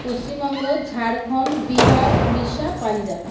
Paschimbanga Jharkhand Bihar Orissa Punjab